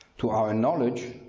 to our and knowledge,